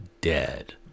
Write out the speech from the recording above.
dead